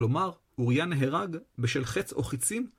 כלומר, אוריה נהרג בשל חץ או חצים